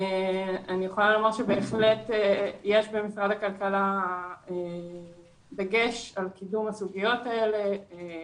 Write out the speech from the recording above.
אני יכולה לומר שבהחלט יש במשרד הכלכלה דגש על קידום הסוגיות האלה,